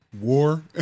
war